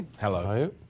Hello